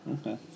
Okay